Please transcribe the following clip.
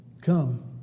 come